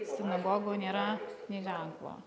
sinagogų nėra nė ženklo